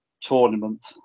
tournament